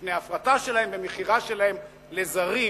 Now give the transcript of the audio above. מפני הפרטה שלהן ומכירה שלהן לזרים,